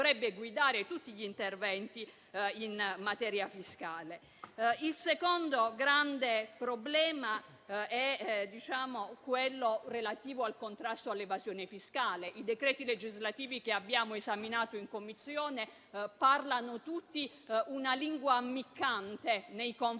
Il secondo grande problema è quello relativo al contrasto all'evasione fiscale. I decreti legislativi che abbiamo esaminato in Commissione parlano tutti una lingua ammiccante nei confronti